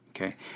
Okay